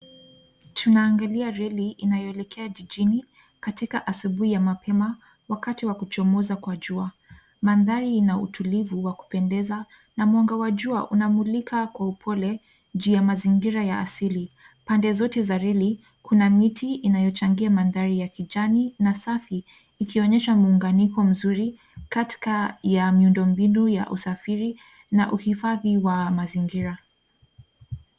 Tunaangalia reli inayoeleka jijini katika asubuhi ya mapema wakati wa kuchomoza kwa jua. Mandhari ina utulivu wa kupendeza na mwanga wa jua unamulika kwa upole juu ya mazingira ya asili. Pande zote za reli kuna miti inayochangia mandhari ya jijini na safi ikionyesha muunganiko katika ya miundombinu ya usafiri na uhifadhi wa mazingira.